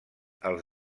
els